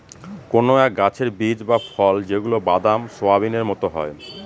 কোনো এক গাছের বীজ বা ফল যেগুলা বাদাম, সোয়াবিনের মতো হয়